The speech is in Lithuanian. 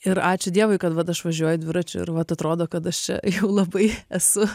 ir ačiū dievui kad vat aš važiuoju dviračiu ir vat atrodo kad aš jau labai esu